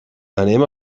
anem